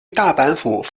大阪府